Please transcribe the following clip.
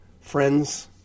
friends